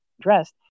dressed